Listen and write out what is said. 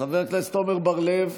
חבר הכנסת עמר בר לב,